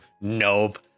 nope